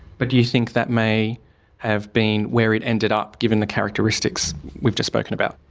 but do you think that may have been where it ended up given the characteristics we've just spoken about?